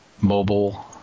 mobile